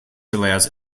allows